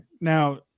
Now